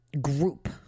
group